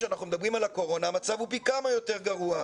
כשאנחנו מדברים על הקורונה המצב הוא פי כמה יותר גרוע,